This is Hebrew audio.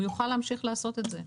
הוא יוכל להמשיך לעשות את זה.